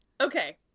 Okay